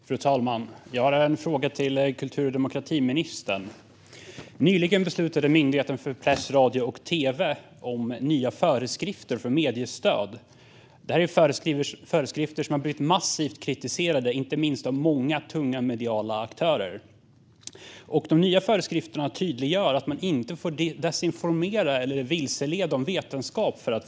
Fru talman! Jag har en fråga till kultur och demokratiministern. Nyligen beslutade Myndigheten för press, radio och tv om nya föreskrifter för mediestöd. Det är föreskrifter som har mött massiv kritik, inte minst från många tunga mediala aktörer. De nya föreskrifterna tydliggör att man för att få stöd inte får desinformera eller vilseleda om vetenskap.